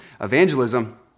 evangelism